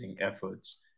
efforts